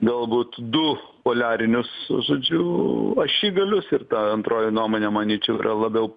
galbūt du poliarinius žodžiu ašigalius ir ta antroji nuomonė manyčiau yra labiau